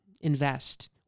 invest